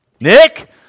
Nick